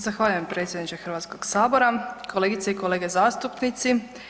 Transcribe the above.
Zahvaljujem predsjedniče Hrvatskog sabora, kolegice i kolege zastupnici.